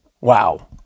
Wow